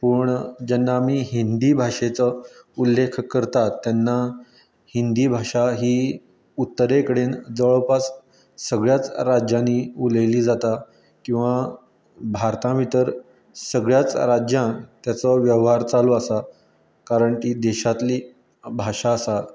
पूण जेन्ना आमी हिंदी भाशेचो उल्लेख करतात तेन्ना हिंदी भाशा ही उत्तरे कडेन जवळपास सगळ्याच राज्यांनी उलयल्ली जाता किंवां भारता भितर सगळ्याच राज्यांत तेचो वेव्हार चालू आसा कारण ती देशांतली भाशा आसा